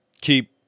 keep